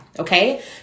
Okay